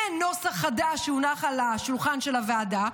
אין נוסח חדש שהונח על השולחן של הוועדה,